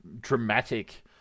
dramatic